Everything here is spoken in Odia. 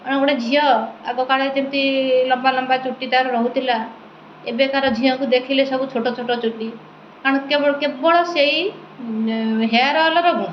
କାରଣ ଗୋଟିଏ ଝିଅ ଆଗ କାଳେ ଯେମିତି ଲମ୍ବା ଲମ୍ବା ଚୁଟି ତାର ରହୁଥିଲା ଏବେକାର ଝିଅକୁ ଦେଖିଲେ ସବୁ ଛୋଟ ଛୋଟ ଚୁଟି କାରଣ କେବଳ ସେଇ ହେୟାର୍ ଅଏଲ୍ର ମୁଁ